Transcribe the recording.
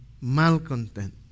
Malcontent